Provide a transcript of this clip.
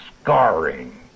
scarring